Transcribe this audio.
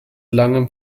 langem